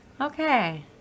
Okay